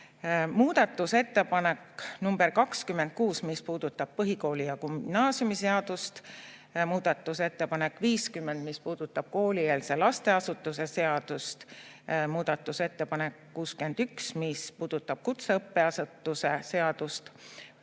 Muudatusettepanek nr 26, mis puudutab põhikooli‑ ja gümnaasiumiseadust, muudatusettepanek 50, mis puudutab koolieelse lasteasutuse seadust, muudatusettepanek 61, mis puudutab kutseõppeasutuse seadust,